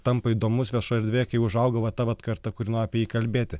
tampa įdomus vieša erdvė kai užaugo va ta vat karta kuri nori apie jį kalbėti